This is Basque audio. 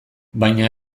baina